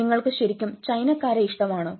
നിങ്ങൾക്ക് ശരിക്കും ചൈനക്കാരെ ഇഷ്ടമാണോ